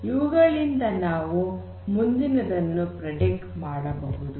ಇವುಗಳಿಂದ ನಾವು ಮುಂದಿನದನ್ನು ಪ್ರೆಡಿಕ್ಟ್ ಮಾಡಬಹುದು